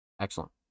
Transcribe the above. excellent